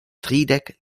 tridek